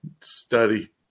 study